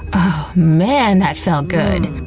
oh man, that felt good.